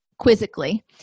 quizzically